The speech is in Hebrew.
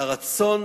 לרצון